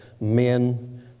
men